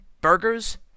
burgers